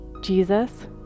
jesus